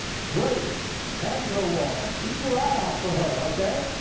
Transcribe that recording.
grace vanderwaal. keep your eye out for her, okay?